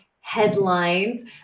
headlines